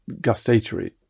gustatory